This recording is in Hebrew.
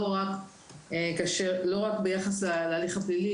לא רק ביחס להליך הפלילי,